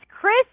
Chris